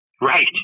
Right